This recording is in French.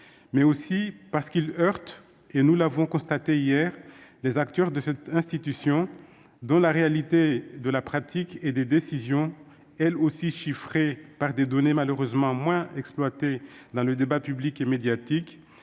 aussi parce que, comme nous l'avons constaté hier, il heurte les acteurs de cette institution, dont la réalité de la pratique et des décisions, réalité elle aussi chiffrée par des données malheureusement moins exploitées dans le débat public et médiatique,